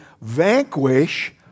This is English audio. vanquish